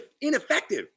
ineffective